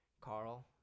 Carl